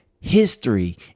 history